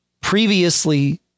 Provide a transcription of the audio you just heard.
previously